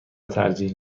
ترجیح